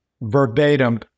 verbatim